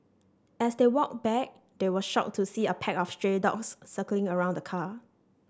as they walked back they were shocked to see a pack of stray dogs circling around the car